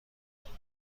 تفاوت